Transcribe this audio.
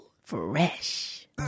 Fresh